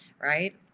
Right